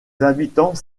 habitants